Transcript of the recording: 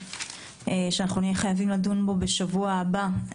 נהיה חייבים לדון בו בשבוע הבא,